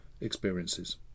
experiences